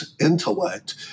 intellect